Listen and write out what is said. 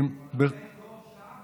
לחכות לתור שעה?